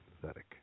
Pathetic